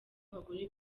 abagore